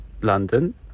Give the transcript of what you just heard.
London